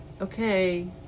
okay